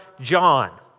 John